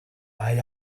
mae